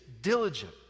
diligent